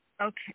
Okay